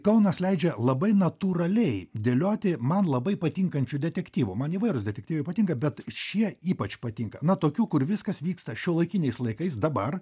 kaunas leidžia labai natūraliai dėlioti man labai patinkančių detektyvų man įvairūs detektyvai patinka bet šie ypač patinka na tokių kur viskas vyksta šiuolaikiniais laikais dabar